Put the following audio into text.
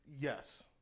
Yes